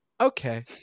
okay